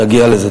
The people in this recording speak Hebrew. נגיע לזה.